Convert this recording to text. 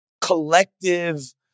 collective